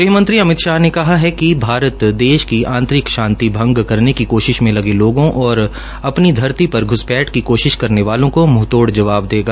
ग़हमंत्री अमित शाह ने कहा है कि भारत देश की आंतरिक शांति भंग करने की कोशिश् में लगे लोगों और अपनी धरती पर घ्सपैठ की कोशिश करने वालों को मुंहतोड़ जवाब देगा